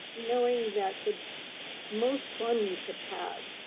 knowing that the most fun you could have,